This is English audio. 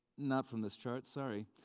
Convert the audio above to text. not from this chart, sorry.